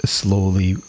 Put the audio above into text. slowly